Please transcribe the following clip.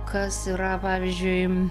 kas yra pavyzdžiui